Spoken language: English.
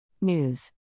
News